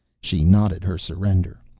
she nodded her surrender.